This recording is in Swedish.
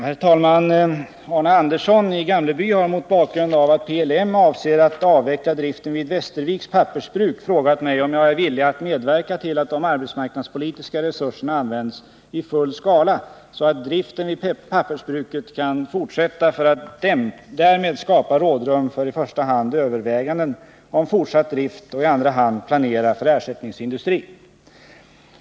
Herr talman! Arne Andersson i Gamleby har mot bakgrund av att PLM avser att avveckla driften vid Westerviks Pappersbruk frågat mig om jag är villig att medverka till att de arbetsmarknadspolitiska resurserna används i full skala så att driften vid pappersbruket kan fortsätta för att därmed skapa rådrum för i första hand överväganden om fortsatt drift och i andra hand planering för ersättningsindustri.